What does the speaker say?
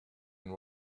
and